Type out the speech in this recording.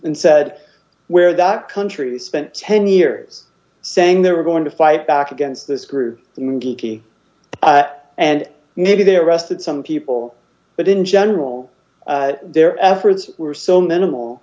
and said where that country spent ten years saying they were going to fight back against this group and geeky and maybe they arrested some people but in general their efforts were so minimal